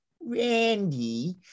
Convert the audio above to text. Randy